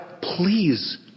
please